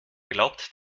glaubt